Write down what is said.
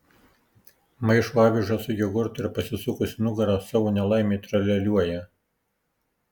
maišo avižas su jogurtu ir pasisukusi nugara savo nelaimei tralialiuoja